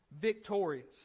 Victorious